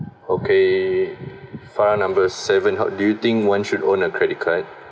okay file numbers seven ho~ do you think one should own a credit card